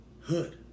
Hood